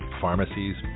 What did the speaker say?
pharmacies